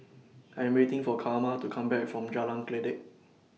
I Am waiting For Karma to Come Back from Jalan Kledek